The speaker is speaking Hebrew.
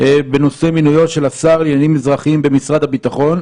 בנושא מיניו של השר לעניינים אזרחים במשרד הביטחון,